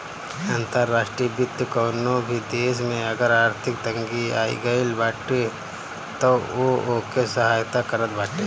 अंतर्राष्ट्रीय वित्त कवनो भी देस में अगर आर्थिक तंगी आगईल बाटे तअ उ ओके सहायता करत बाटे